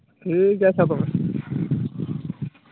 ᱴᱷᱤᱠᱜᱮᱭᱟ ᱟᱪᱪᱷᱟ ᱛᱚᱵᱮ